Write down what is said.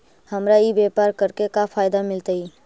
हमरा ई व्यापार करके का फायदा मिलतइ?